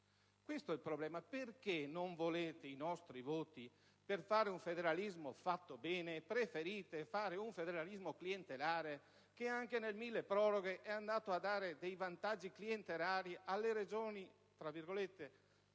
Questo è il problema. Perché non volete i nostri voti per fare un federalismo fatto bene e preferite fare un federalismo clientelare, che anche nel milleproroghe è andato a dare vantaggi clientelari alle Regioni «speciali»,